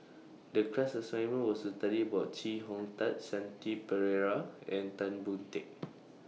The class assignment was to study about Chee Hong Tat Shanti Pereira and Tan Boon Teik